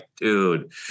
dude